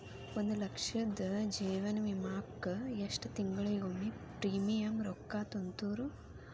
ಒಂದ್ ಲಕ್ಷದ ಜೇವನ ವಿಮಾಕ್ಕ ಎಷ್ಟ ತಿಂಗಳಿಗೊಮ್ಮೆ ಪ್ರೇಮಿಯಂ ರೊಕ್ಕಾ ತುಂತುರು?